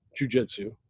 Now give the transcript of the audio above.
jujitsu